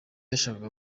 yashakaga